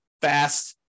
fast